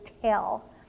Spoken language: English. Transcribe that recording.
tail